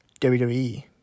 WWE